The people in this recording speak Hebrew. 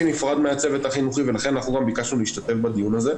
נפרד מהצוות החינוכי ולכן אנחנו גם ביקשנו להשתתף בדיון הזה.